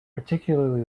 particularly